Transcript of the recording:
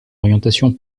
orientation